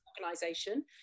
organization